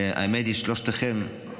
האמת היא, לשלושתכם,